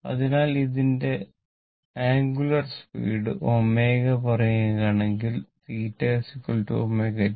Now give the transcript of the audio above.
അതിനാൽ അതിന്റെ angular speed ω പറയുകയാണെങ്കിൽ θ ω t